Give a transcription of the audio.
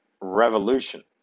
revolution